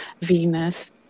Venus